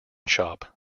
shop